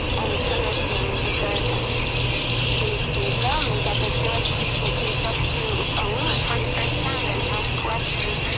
and it's amazing, because they they tell me that they feel like they can talk to a woman for the and first time. and ask questions,